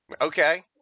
Okay